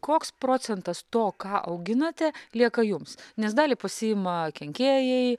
koks procentas to ką auginate lieka jums nes dalį pasiima kenkėjai